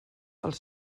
els